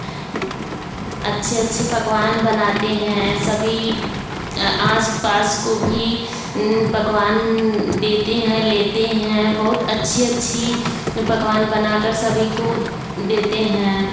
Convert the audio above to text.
अच्छे अच्छे पकवान बनाते हैं सभी आस पास को भी पकवान देते हैं लेते हैं बहुत अच्छी अच्छी पकावन बनाकर सभी को देते हैं